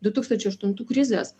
du tūkstančiai aštuntų krizės